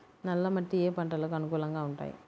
నల్ల మట్టి ఏ ఏ పంటలకు అనుకూలంగా ఉంటాయి?